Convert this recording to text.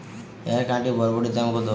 এক আঁটি বরবটির দাম কত?